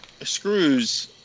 screws